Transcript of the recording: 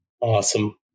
Awesome